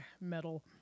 metal